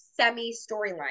semi-storyline